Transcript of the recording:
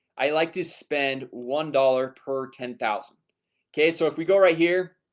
i like to spend one dollar per ten thousand okay, so if we go right here